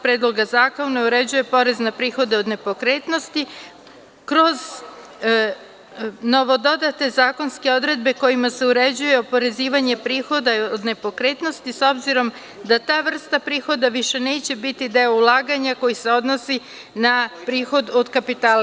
Predloga zakona uređuje porez na prihode od nepokretnosti, kroz novo dodate zakonske odredbe kojima se uređuje oporezivanje prihoda od nepokretnosti s obzirom da ta vrsta prihoda više neće biti deo ulaganja koji se odnosi na prihod od kapitala.